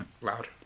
loud